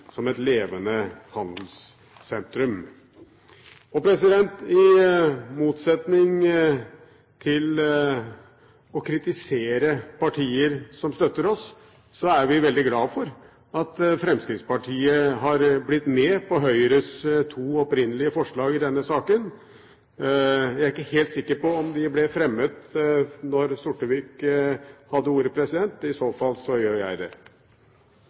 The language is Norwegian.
som et levende handelssentrum. I stedet for å kritisere partier som støtter oss, er vi veldig glad for at Fremskrittspartiet har blitt med på Høyres to opprinnelige forslag i denne saken. Jeg er ikke helt sikker på om de ble fremmet da Sortevik hadde ordet. I fall ikke gjør jeg det.